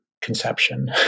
conception